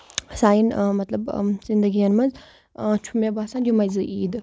سانٮ۪ن مطلب زندگین منٛز چھُ مےٚ باسان یِمے زٕ عیٖدٕ